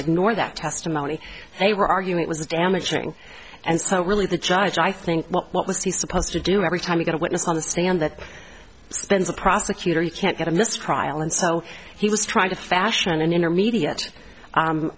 ignore that testimony they were arguing it was damaging and so really the judge i think what what was he supposed to do every time you got a witness on the stand that spends a prosecutor you can't get a mistrial and so he was trying to fashion an intermediate